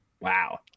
wow